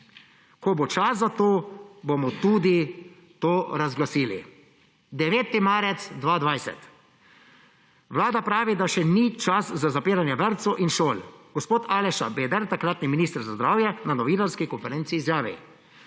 »ko bo čas za to, bomo tudi to razglasili«. 9. marec 2020: Vlada pravi, da še ni čas za zapiranje vrtcev in šol. Gospod Aleš Šabeder, takratni minister za zdravje, na novinarski konferenci izjavi,